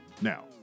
Now